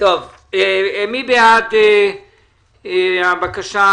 מי בעד הבקשה,